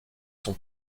sont